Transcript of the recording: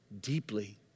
deeply